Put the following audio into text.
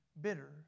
bitter